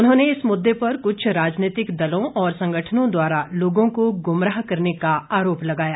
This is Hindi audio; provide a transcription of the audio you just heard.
उन्होंने इस मुददे पर कुछ राजनीतिक दलों और संगठनों द्वारा लोगों को गुमराह करने का आरोप लगाया